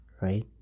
right